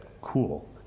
cool